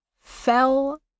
fell